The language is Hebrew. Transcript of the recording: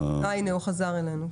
הנה, הוא חזר אלינו.